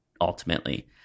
ultimately